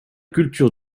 culture